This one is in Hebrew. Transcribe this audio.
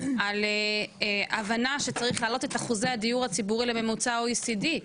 על הבנה שצריך להעלות את אחוזי הדיור הציבורי לממוצע ה-OECD.